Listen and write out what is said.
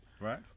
Right